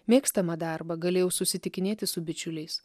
mėgstamą darbą galėjau susitikinėti su bičiuliais